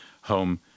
home